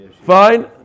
Fine